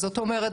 זאת אומרת,